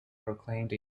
proclaimed